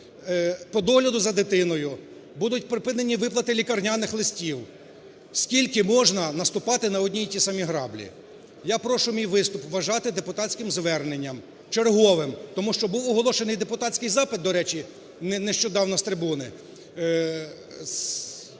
по догляду за дитиною, будуть припинені виплати лікарняних листів. Скільки можна наступати на одні й ті самі граблі? Я прошу мій виступ вважати депутатським зверненням, черговим, тому що був оголошений депутатський запит, до речі, нещодавно з трибуни